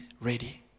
ready